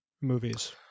movies